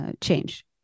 change